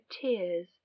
tears